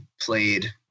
played